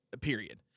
period